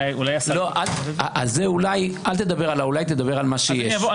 אולי השר --- אל תדבר על אולי, תדבר על מה שיש.